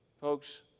Folks